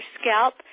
scalp